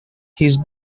his